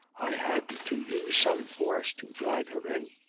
i had to use some force to drag her in.